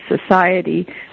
society